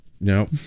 no